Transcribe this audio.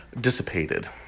dissipated